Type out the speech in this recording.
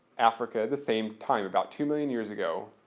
africa the same time, about two million years ago.